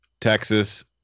Texas